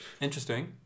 Interesting